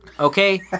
Okay